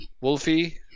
Wolfie